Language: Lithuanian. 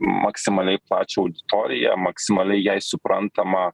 maksimaliai plačią auditoriją maksimaliai jai suprantama